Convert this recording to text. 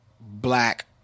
black